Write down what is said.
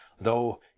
Though